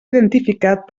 identificat